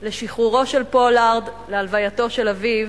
לשחרורו של פולארד להלווייתו של אביו